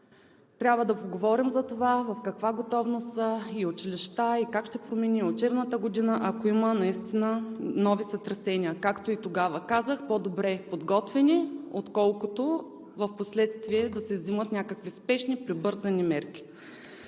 трябва да поговорим за това в каква готовност са и училища, и как ще премине учебната година, ако има наистина нови сътресения. Както и тогава казах: по-добре подготвени, отколкото впоследствие да се взимат някакви спешни прибързани мерки.